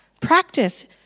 Practice